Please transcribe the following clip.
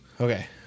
Okay